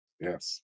Yes